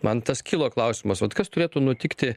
man tas kilo klausimas kas turėtų nutikti